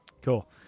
Cool